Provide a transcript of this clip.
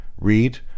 read